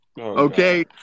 okay